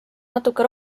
natuke